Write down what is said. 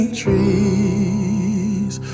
trees